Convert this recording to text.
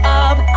up